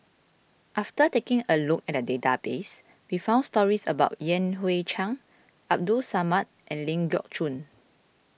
after taking a look at the database we found stories about Yan Hui Chang Abdul Samad and Ling Geok Choon